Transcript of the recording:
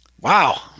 Wow